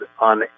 on